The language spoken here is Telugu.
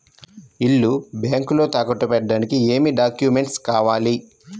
ఇల్లు బ్యాంకులో తాకట్టు పెట్టడానికి ఏమి డాక్యూమెంట్స్ కావాలి?